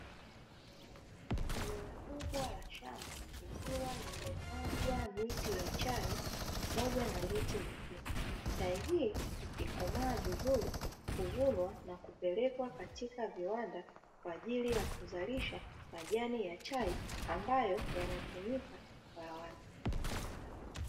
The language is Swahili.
Eneo kubwa la shamba likiwa limepandwa miti ya chai pamoja na miti mingine, chai hii imekomaa vizuri kuvunwa na kupelekwa katika viwanda kwa ajili ya kuzalisha majani ya chai ambayo yanatumika mgahawani.